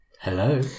Hello